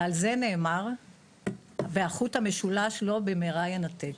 ועל זה נאמר והחוט המשולש לא במהרה יינתק.